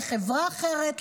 לחברה אחרת,